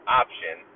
option